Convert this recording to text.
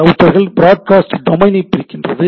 ரவுட்டர்கள் ப்ராட்கேஸ்ட் டொமைனை பிரிக்கின்றன